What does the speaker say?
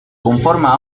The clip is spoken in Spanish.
conforma